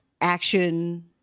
action